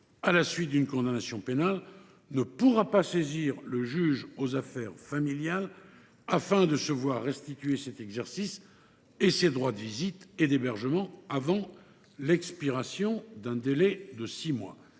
à la suite d’une condamnation pénale ne pourra pas saisir le juge aux affaires familiales afin de se voir restituer cet exercice et ses droits de visite et d’hébergement avant l’expiration d’un délai de six mois.